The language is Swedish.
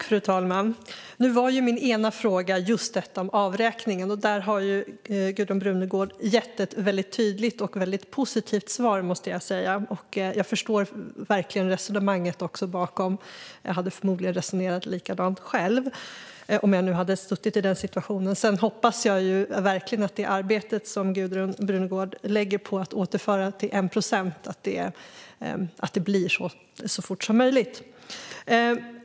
Fru talman! Min ena fråga gällde just avräkningen, och där måste jag säga att Gudrun Brunegård har gett ett väldigt tydligt och positivt svar. Jag förstår verkligen resonemanget bakom det hela, och jag hade förmodligen resonerat likadant själv om jag hade suttit i denna situation. Sedan hoppas jag verkligen att det arbete som Gudrun Brunegård lägger på att återföra biståndet till 1 procent leder till att det blir så fortast möjligt.